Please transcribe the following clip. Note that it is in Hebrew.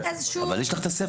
יש לך את הסיפא?